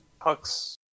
Hooks